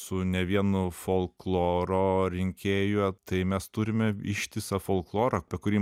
su ne vienu folkloro rinkėju tai mes turime ištisą folklorą apie kurį